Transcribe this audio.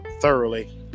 Thoroughly